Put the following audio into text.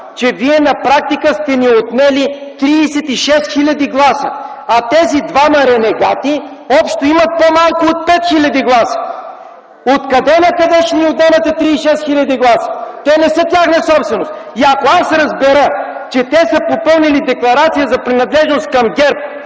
че вие на практика сте ни отнели 36 хил. гласа, а тези двама ренегати общо имат по-малко от 5 хил. гласа! От къде на къде ще ни отнемате 36 хил. гласа? Те не са тяхна собственост! Ако аз разбера, че те са попълнили декларация за принадлежност към ГЕРБ